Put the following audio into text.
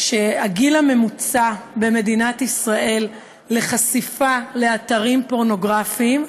שהגיל הממוצע במדינת ישראל לחשיפה לאתרים פורנוגרפיים,